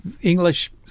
English